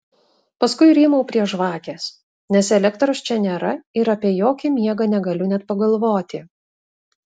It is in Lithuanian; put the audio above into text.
paskui rymau prie žvakės nes elektros čia nėra ir apie jokį miegą negaliu net pagalvoti